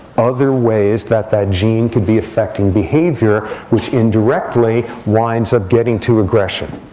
other ways that that gene could be affecting behavior, which indirectly winds up getting to aggression.